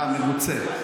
אה, מרוצה.